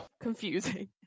confusing